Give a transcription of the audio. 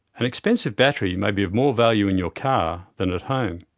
an expensive battery may be of more value in your car than at home.